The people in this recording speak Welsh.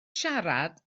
siarad